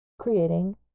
creating